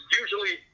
usually